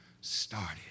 started